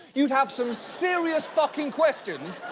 you'd have some serious fucking questions,